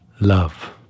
love